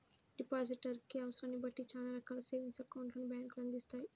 depositor కి అవసరాన్ని బట్టి చానా రకాల సేవింగ్స్ అకౌంట్లను బ్యేంకులు అందిత్తాయి